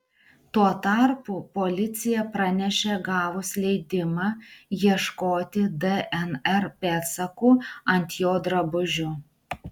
tuo tarpu policija pranešė gavus leidimą ieškoti dnr pėdsakų ant jo drabužių